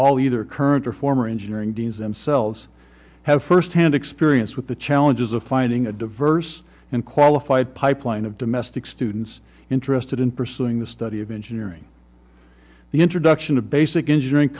all either current or former engineering teams themselves have first hand experience with the challenges of finding a diverse and qualified pipeline of domestic students interested in pursuing the study of engineering the introduction of basic engineering